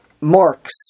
marks